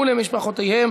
ולמשפחותיהם